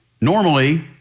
normally